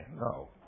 No